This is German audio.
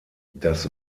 das